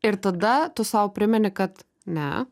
ir tada tu sau primeni kad ne